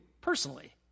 personally